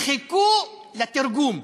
חיכו לתרגום.